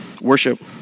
worship